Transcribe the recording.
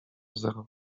zero